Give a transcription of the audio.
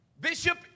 bishop